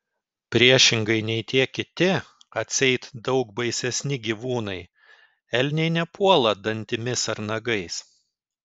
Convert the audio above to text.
priešingai nei tie kiti atseit daug baisesni gyvūnai elniai nepuola dantimis ar nagais